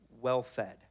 well-fed